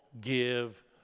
give